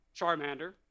Charmander